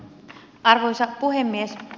arvoisa puhemies